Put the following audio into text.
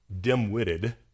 dim-witted